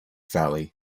valley